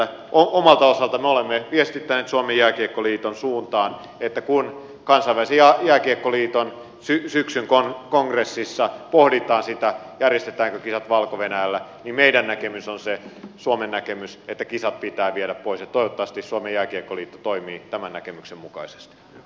omalta osaltamme me olemme viestittäneet suomen jääkiekkoliiton suuntaan että kun kansainvälisen jääkiekkoliiton syksyn kongressissa pohditaan sitä järjestetäänkö kisat valko venäjällä niin meidän näkemyksemme suomen näkemys on se että kisat pitää viedä pois ja toivottavasti suomen jääkiekkoliitto toimii tämän näkemyksen mukaiset s